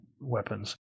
weapons